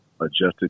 adjusted